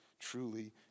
truly